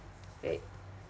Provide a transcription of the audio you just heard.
wait